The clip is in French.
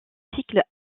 cycles